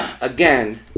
again